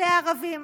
אלה הערבים,